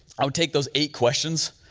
i would take those eight questions